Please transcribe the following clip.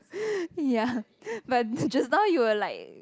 ya but just now you were like